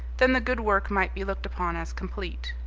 then the good work might be looked upon as complete.